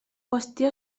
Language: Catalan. qüestió